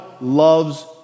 loves